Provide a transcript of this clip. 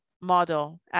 model